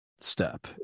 step